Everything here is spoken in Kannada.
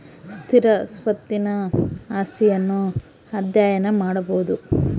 ಸ್ಥಿರ ಸ್ವತ್ತಿನ ಆಸ್ತಿಯನ್ನು ಅಧ್ಯಯನ ಮಾಡಬೊದು